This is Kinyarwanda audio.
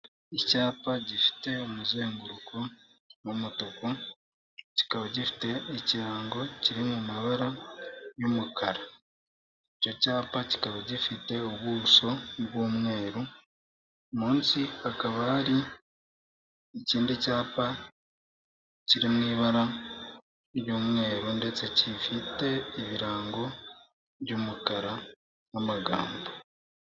Icyapa gifite umuzenguruko w'umutuku, kikaba gifite ikirango kiri mu mabara y'umukara. Icyo cyapa kikaba gifite ubuso bw'umweru, munsi hakaba hari ikindi cyapa kiri mu ibara ry'umweru ndetse kifite ibirango by'umukara n'amagambo.